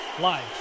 live